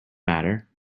matter